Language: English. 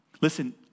Listen